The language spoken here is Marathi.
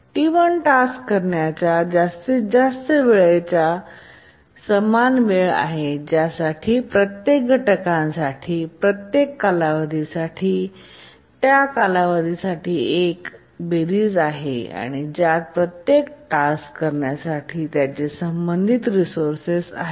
T1 टास्क करण्याच्या जास्तीत जास्त वेळेच्या वेळेस समान वेळ आहे ज्यासाठी या प्रत्येक घटकासाठी प्रत्येक कालावधी साठी त्या कालावधी साठी एक बेरीज आहे ज्यात प्रत्येक टास्क करण्यासाठी त्यांचे संबंधित रिसोर्सेस आहेत